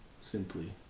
simply